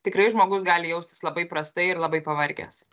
tikrai žmogus gali jaustis labai prastai ir labai pavargęs